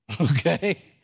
Okay